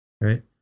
Right